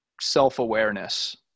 self-awareness